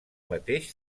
mateix